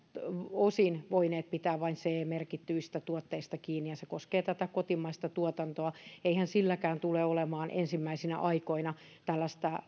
osin voineet pitää vain ce merkityistä tuotteista kiinni ja se koskee tätä kotimaista tuotantoa eihän silläkään tule olemaan ensimmäisinä aikoina tällaista